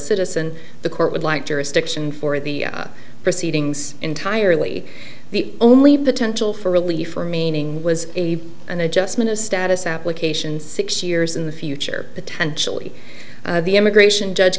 citizen the court would like to wrist action for the proceedings entirely the only potential for relief for meaning was an adjustment of status application six years in the future potentially the immigration judge